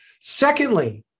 Secondly